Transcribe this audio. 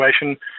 situation